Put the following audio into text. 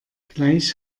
gleich